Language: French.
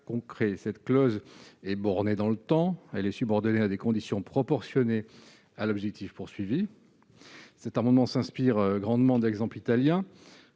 Cette clause sera bornée dans le temps et subordonnée à des conditions proportionnées à l'objectif visé. Cet amendement s'inspire grandement de l'exemple italien.